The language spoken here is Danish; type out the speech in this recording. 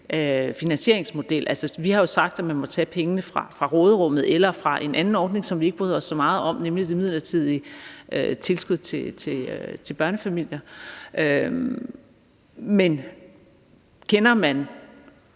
finansieringsmodel. Vi har jo sagt, at man må tage pengene fra råderummet eller fra en anden ordning, som vi ikke bryder os så meget om, nemlig det midlertidige tilskud til børnefamilier. Men kender man